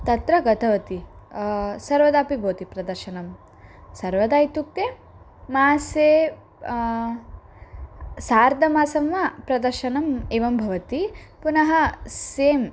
तत्र गतवती सर्वदापि भवति प्रदर्शनं सर्वदा इत्युक्ते मासे सार्धमासं वा प्रदर्शनम् एवं भवति पुनः सेम्